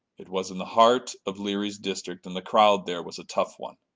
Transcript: it was in the heart of leary's district, and the crowd there was a tough one,